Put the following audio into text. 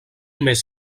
mes